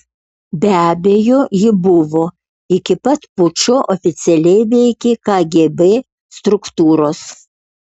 be abejo ji buvo iki pat pučo oficialiai veikė kgb struktūros